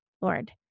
Lord